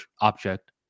object